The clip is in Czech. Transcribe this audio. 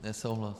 Nesouhlas.